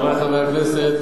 חברי חברי הכנסת,